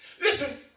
Listen